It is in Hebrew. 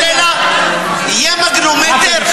זה הוא, יהיה מגנומטר?